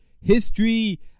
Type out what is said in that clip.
History